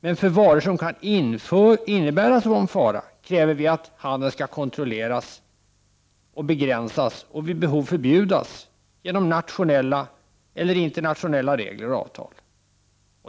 Men handeln med varor som kan innebära sådan fara skall kontrolleras och begränsas och vid behov förbjudas genom nationella eller internationella regler och avtal.